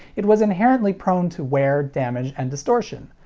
it was inherently prone to wear, damage, and distortion.